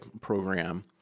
program